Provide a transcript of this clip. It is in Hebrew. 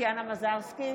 טטיאנה מזרסקי,